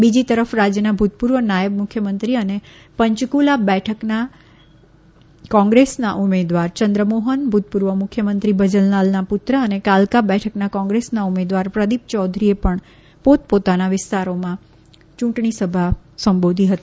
બીજી તરફ રાજ્યના ભૂતપૂર્વ નાયબ મુખ્યમંત્રી અને પંચક્લા બેઠકના કોંગ્રેસના ઉમેદવાર ચંદ્રમોહન ભૂતપૂર્વ મુખ્યમંત્રી ભજનલાલના પુત્ર અને કાલકા બેઠકના કોંગ્રેસના ઉમેદવાર પ્રદીપ ચૌધરીએ પણ પોતપોતાના મતવિસ્તારોમાં ચૂંટણી સભાઓ સંબોધી હતી